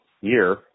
year